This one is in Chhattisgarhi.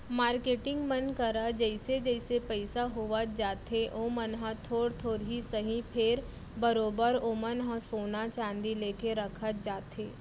मारकेटिंग मन करा जइसे जइसे पइसा होवत जाथे ओमन ह थोर थोर ही सही फेर बरोबर ओमन ह सोना चांदी लेके रखत जाथे